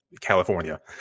California